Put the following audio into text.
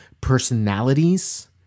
personalities